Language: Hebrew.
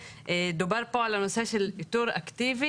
דובר פה על הנושא של איתור אקטיבי,